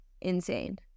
insane